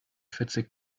vierzig